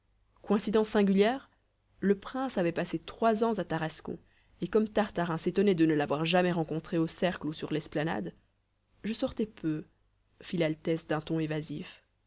coïncidence singulière le prince avait passé trois ans à tarascon et comme tartarin s'étonnait de ne l'avoir jamais rencontré au cercle ou sur i'esplanade je sortais peu fit l'altesse d'un ton évasif